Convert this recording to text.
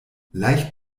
leicht